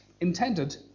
Intended